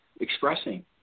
expressing